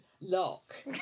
lock